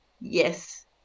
yes